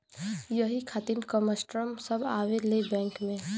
यही खातिन कस्टमर सब आवा ले बैंक मे?